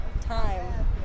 Time